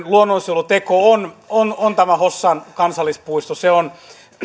luonnonsuojeluteko on on tämä hossan kansallispuisto se on